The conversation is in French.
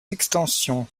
extensions